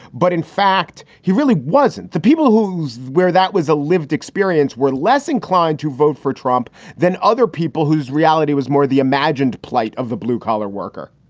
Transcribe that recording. but in fact, he really wasn't. the people whose where that was a lived experience were less inclined to vote for trump than other people whose reality was more the imagined plight of the blue collar worker.